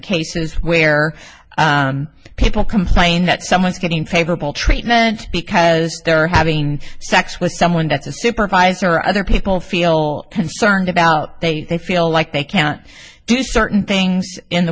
cases where people complain that someone's getting favorable treatment because they're having sex with someone that's a supervisor or other people feel concerned about they they feel like they can't do certain things in the